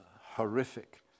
Horrific